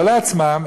לא לעצמם,